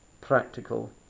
practical